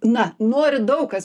na nori daug kas